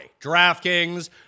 DraftKings